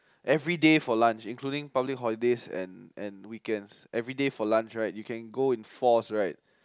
everyday for lunch including public holidays and and weekends every for lunch right you can go in fours right